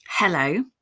Hello